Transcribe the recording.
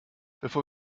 bevor